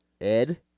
Ed